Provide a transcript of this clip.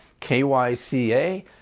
KYCA